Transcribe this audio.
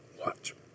Watch